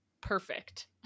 perfect